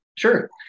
Sure